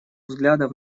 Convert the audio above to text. взглядов